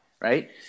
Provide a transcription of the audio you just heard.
right